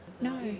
No